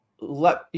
let